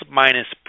minus